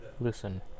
listen